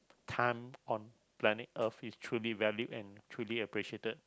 time on planet earth is truly valued and truly appreciated